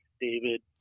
David